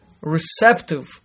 receptive